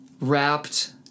wrapped